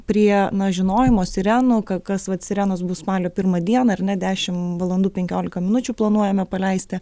prie na žinojimo sirenų kas vat sirenos bus spalio pirmą dieną ar ne dešimt valandų penkiolika minučių planuojame paleisti